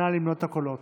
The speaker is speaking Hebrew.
נא למנות את הקולות.